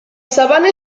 sabana